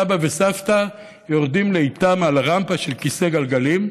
סבא וסבתא יורדים לאיטם על רמפה של כיסא גלגלים,